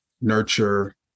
nurture